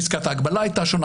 פסקת ההגבלה הייתה שונה.